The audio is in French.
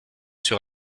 sur